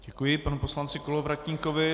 Děkuji panu poslanci Kolovratníkovi.